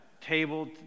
table